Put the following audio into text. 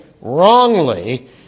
wrongly